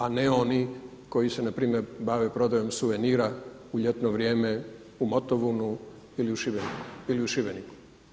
A ne oni koji se npr. bave prodajom suvenira u ljetno vrijeme u Motovunu ili u Šibeniku.